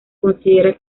considera